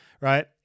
right